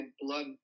blood